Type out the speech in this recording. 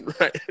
Right